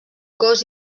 cos